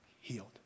healed